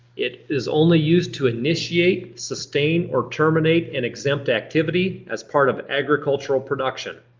it is only used to initiate, sustain, or terminate an exempt activity as part of agricultural production.